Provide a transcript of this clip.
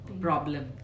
problem